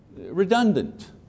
Redundant